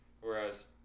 Whereas